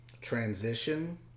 transition